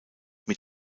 mit